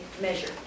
measure